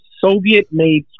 Soviet-made